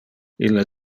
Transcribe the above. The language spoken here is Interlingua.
ille